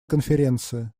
конференции